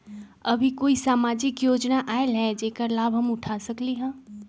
अभी कोई सामाजिक योजना आयल है जेकर लाभ हम उठा सकली ह?